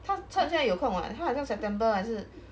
他参加有空 what 他好像 september 还是